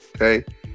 Okay